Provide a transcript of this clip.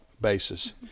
basis